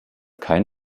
kein